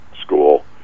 school